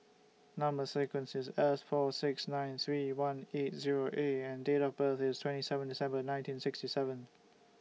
Number sequence IS S four six nine three one eight Zero A and Date of birth IS twenty seven December nineteen sixty seven